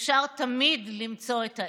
אפשר תמיד למצוא את ה"איך".